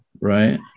Right